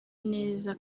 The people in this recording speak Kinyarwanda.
neza